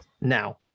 now